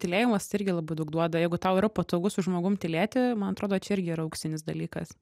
tylėjimas irgi labai daug duoda jeigu tau yra patogu su žmogum tylėti man atrodo čia irgi yra auksinis dalykas